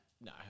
No